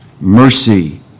mercy